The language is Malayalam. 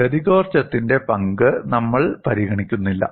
ഗതികോർജ്ജത്തിന്റെ പങ്ക് നമ്മൾ പരിഗണിക്കുന്നില്ല